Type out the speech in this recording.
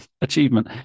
achievement